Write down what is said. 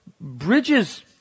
bridges